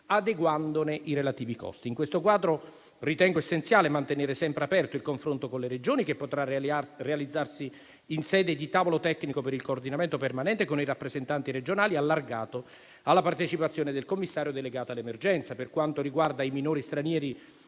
adeguandone i relativi costi. In questo quadro ritengo essenziale mantenere sempre aperto il confronto con le Regioni, che potrà realizzarsi in sede di tavolo tecnico per il coordinamento permanente con i rappresentanti regionali, allargato alla partecipazione del commissario delegato all'emergenza. Per quanto riguarda i minori stranieri